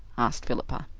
asked philippa.